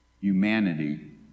humanity